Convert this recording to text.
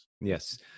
Yes